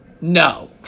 No